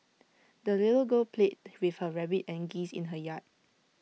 the little girl played with her rabbit and geese in her yard